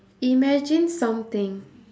imagine something